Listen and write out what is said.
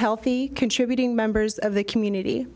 healthy contributing members of the community